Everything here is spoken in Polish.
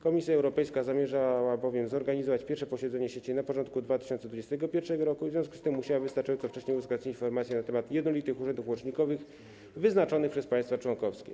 Komisja Europejska zamierzała bowiem zorganizować pierwsze posiedzenie sieci na początku 2021 r. i w związku z tym musiała wystarczająco wcześnie uzyskać informacje na temat jednolitych urzędów łącznikowych wyznaczonych przez państwa członkowskie.